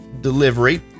delivery